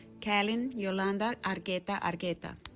kelin yolanda argueta argueta